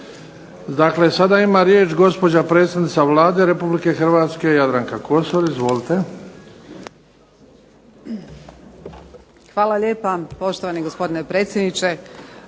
Dakle, sada ima riječ gospođa predsjednica Vlade Republike Hrvatske Jadranka Kosor. Izvolite. **Kosor, Jadranka (HDZ)** Hvala lijepa poštovani gospodine predsjedniče,